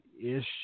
Ish